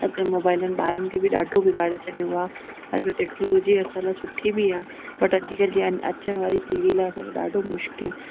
अॼुकल्ह मोबाइलनि ॿारनि खे बि ॾाढो बिगाड़े छॾियो आहे अॼु टेक्नोलॉजी जो असरु सुठी बि आहे बट अॼुकल्ह जी अचण वारी पीढ़ी लाइ असल में ॾाढो मुश्किल